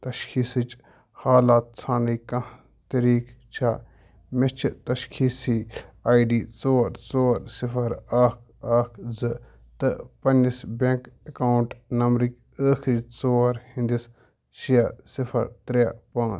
تشخیٖصٕچ حالات ژھانٛڈنٕکۍ کانٛہہ طریٖق چھا مےٚ چھِ تشخیٖصی آے ڈی ژور ژور صِفر اکھ اکھ زٕ تہٕ پننِس بیٚنٛک ایٚکاوُنٛٹ نمبرٕکۍ ٲخری ژور ہِنٛدِس شےٚ صٕفر ترٛےٚ پانٛژھ